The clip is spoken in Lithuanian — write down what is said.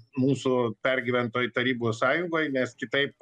mūsų pergyventoj tarybų sąjungoj nes kitaip